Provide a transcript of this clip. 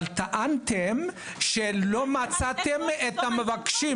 אבל טענתם שלא מצאתם את המבקשים,